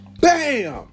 Bam